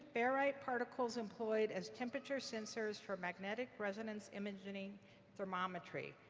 ferrite particles employed as temperature sensors for magnetic resonance imaging thermometry.